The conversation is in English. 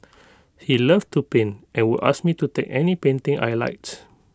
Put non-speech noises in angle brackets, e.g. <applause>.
<noise> he love to paint and would ask me to take any painting I liked